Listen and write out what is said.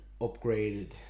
upgraded